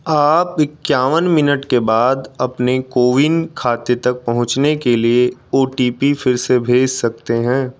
आप इक्यावन मिनट के बाद अपने कोविन खाते तक पहुँचने के लिए ओ टी पी फ़िर से भेज सकते हैं